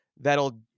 that'll